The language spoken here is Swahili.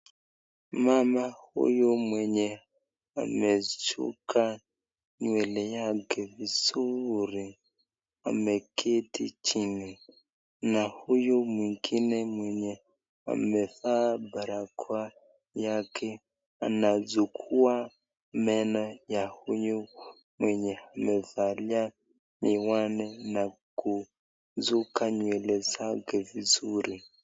Mama huyu mwenye amesuka nywele yake vizuri ameketi jini na huyu mwingine mwenye amevaa barkoa yake anasugua meno ya huyu mwenye amevalia miwani na kusuka nywele zake vizuri.